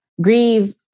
grieve